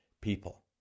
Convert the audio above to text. people